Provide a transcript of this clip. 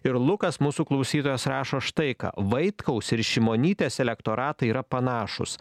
ir lukas mūsų klausytojas rašo štai ką vaitkaus ir šimonytės elektoratai yra panašūs